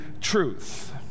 truth